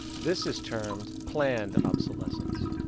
this is termed planned obsolescence.